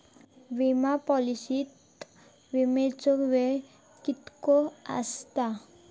विमा पॉलिसीत विमाचो वेळ कीतको आसता?